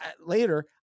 later